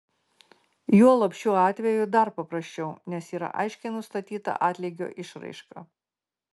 juolab šiuo atveju dar paprasčiau nes yra aiškiai nustatyta atlygio išraiška